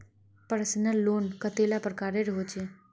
Personal loan कतेला प्रकारेर होचे?